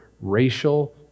racial